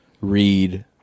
read